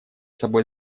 собой